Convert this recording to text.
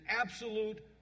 absolute